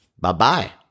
Bye-bye